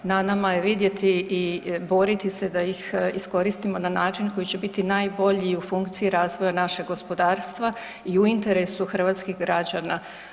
Na nama je vidjeti i boriti se da ih iskoristimo na način koji će biti najbolji u funkciji razvoja našeg gospodarstva i u interesu hrvatskih građana.